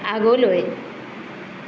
আগলৈ